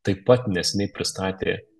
taip pat neseniai pristatė